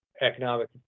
Economic